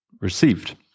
received